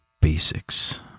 basics